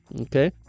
Okay